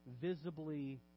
visibly